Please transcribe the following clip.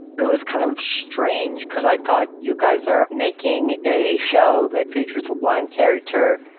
but it was kind of strange because i thought, you guys are making a show that features a blind character,